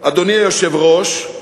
אדוני היושב-ראש,